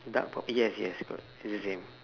dark purp~ yes yes correct is the same